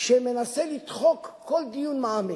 שמנסה לדחות כל דיון מעמיק.